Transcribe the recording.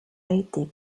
été